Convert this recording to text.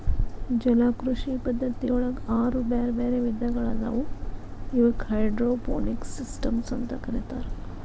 ಜಲಕೃಷಿ ಪದ್ಧತಿಯೊಳಗ ಆರು ಬ್ಯಾರ್ಬ್ಯಾರೇ ವಿಧಗಳಾದವು ಇವಕ್ಕ ಹೈಡ್ರೋಪೋನಿಕ್ಸ್ ಸಿಸ್ಟಮ್ಸ್ ಅಂತ ಕರೇತಾರ